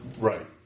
right